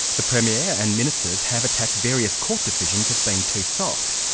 the premier and ministers have attacked various court decisions as being too soft.